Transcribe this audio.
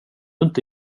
inte